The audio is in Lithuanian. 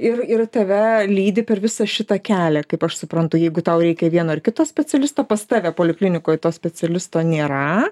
ir ir tave lydi per visą šitą kelią kaip aš suprantu jeigu tau reikia vieno ar kito specialisto pas tave poliklinikoj to specialisto nėra